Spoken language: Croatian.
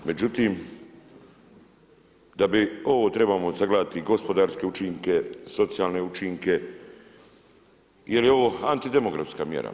Međutim, da bi, ovo trebamo sagledati i gospodarske učinke, socijalne učinke jer je ovo antidemografska mjera.